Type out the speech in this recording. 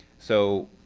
so